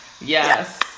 yes